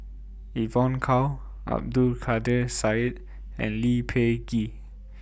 Evon Kow Abdul Kadir Syed and Lee Peh Gee